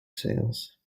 sails